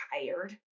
tired